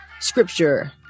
scripture